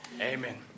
Amen